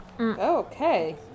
Okay